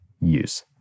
use